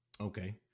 Okay